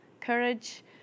courage